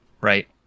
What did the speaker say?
right